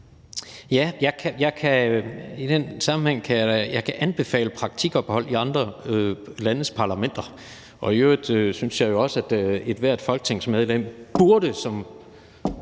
kan jeg anbefale praktikophold i andre landes parlamenter, og i øvrigt synes jeg jo også, at ethvert folketingsmedlem som